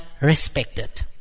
respected